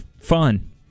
fun